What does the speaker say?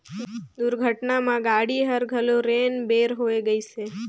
दुरघटना म गाड़ी हर घलो रेन बेर होए गइसे